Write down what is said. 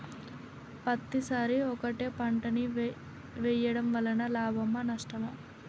పత్తి సరి ఒకటే పంట ని వేయడం వలన లాభమా నష్టమా?